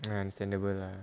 ya understandable lah